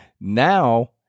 now